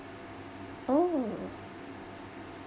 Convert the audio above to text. oh